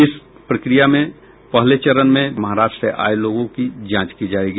इस प्रक्रिया के पहले चरण में महाराष्ट्र से आये लोगों की जांच की जाएगी